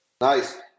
Nice